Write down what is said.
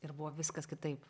ir buvo viskas kitaip